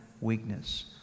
weakness